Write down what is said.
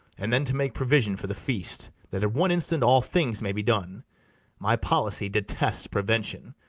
and then to make provision for the feast, that at one instant all things may be done my policy detests prevention.